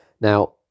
Now